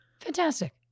Fantastic